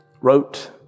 wrote